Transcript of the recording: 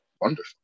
wonderful